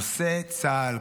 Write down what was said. נושא צה"ל,